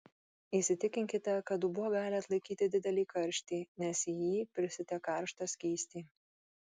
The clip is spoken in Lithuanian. įsitikinkite kad dubuo gali atlaikyti didelį karštį nes į jį pilsite karštą skystį